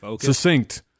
succinct